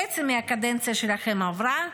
חצי מהקדנציה שלכם עברה,